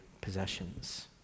possessions